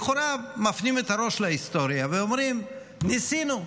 לכאורה, מפנים את הראש להיסטוריה ואומרים: ניסינו.